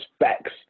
facts